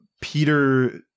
Peter